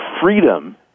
freedom